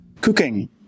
Cooking